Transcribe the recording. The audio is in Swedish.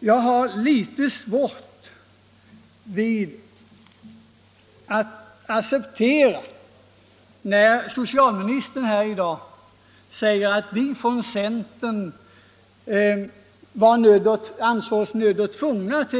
Jag har litet svårt att acceptera socialministerns uttalande om att vi inom centern skulle ha ansett oss nödda och tvungna att